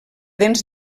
dents